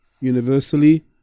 universally